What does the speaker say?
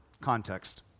context